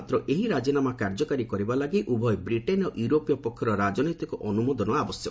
ମାତ୍ର ଏହି ରାଜିନାମା କାର୍ଯ୍ୟକାରୀ କରିବା ଲାଗି ଉଭୟ ବ୍ରିଟେନ୍ ଓ ଇଉରୋପୀୟ ପକ୍ଷର ରାଜନୈତିକ ଅନୁମୋଦନ ଆବଶ୍ୟକ